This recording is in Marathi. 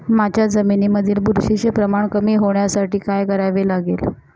माझ्या जमिनीमधील बुरशीचे प्रमाण कमी होण्यासाठी काय करावे लागेल?